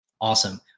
awesome